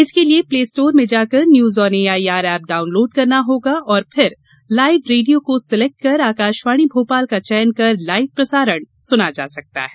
इसके लिए play store में जाकर news on AIR app download करना होगा और फिर लाइव रेडियो को सिलेक्ट कर आकाशवाणी भोपाल का चयन कर लाइव प्रसारण सुना जा सकता है